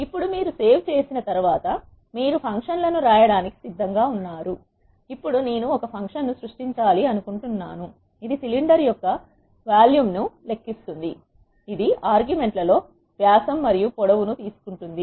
ఇప్పుడు మీరు సేవ్ చేసిన తర్వాత మీరు ఫంక్షన్ లను రాయడానికి సిద్ధంగా ఉన్నారు ఇప్పుడు నేను ఒక ఫంక్షన్ ను సృష్టించాలి అనుకుంటున్నాను ఇది సిలిండర్ యొక్క వాల్యూమ్ ను లెక్కిస్తుంది ఇది ఆర్గుమెంట్ల లో వ్యాసం మరియు పొడవు ను తీసుకుంటుంది